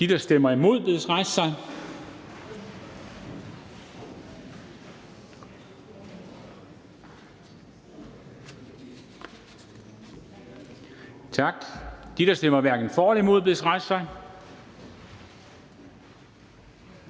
De, der stemmer imod, bedes rejse sig.